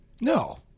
No